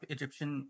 Egyptian